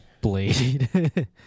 Blade